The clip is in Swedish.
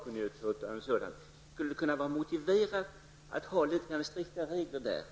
Kan det vara motiverat att ha lika strikta regler som gäller för offentliga sakkunnigutlåtanden?